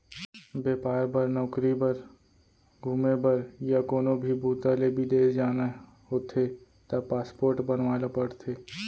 बेपार बर, नउकरी बर, घूमे बर य कोनो भी बूता ले बिदेस जाना होथे त पासपोर्ट बनवाए ल परथे